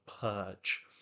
purge